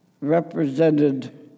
represented